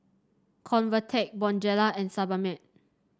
Convatec Bonjela and Sebamed